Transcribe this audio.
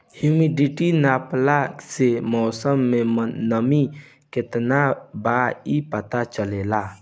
humidity नापला से मौसम में नमी केतना बा इ पता चलेला